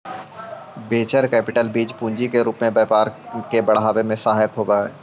venture capital बीज पूंजी के रूप में व्यापार के बढ़ावे में सहायक होवऽ हई